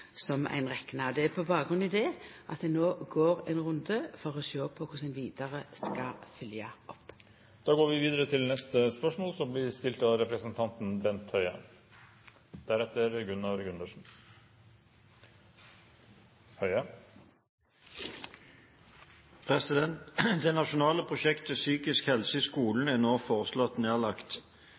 ein rekna med. Det er med bakgrunn i dette at ein no går ein runde for å sjå på korleis ein vidare skal følgja opp. Vi går da til spørsmål 6. «Det nasjonale prosjektet Psykisk helse i skolen er